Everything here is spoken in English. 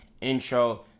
intro